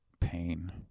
pain